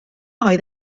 oedd